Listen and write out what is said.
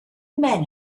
men